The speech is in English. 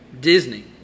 Disney